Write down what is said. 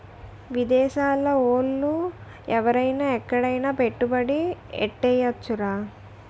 విదేశాల ఓళ్ళు ఎవరైన ఎక్కడైన పెట్టుబడి ఎట్టేయొచ్చురా